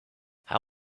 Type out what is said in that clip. how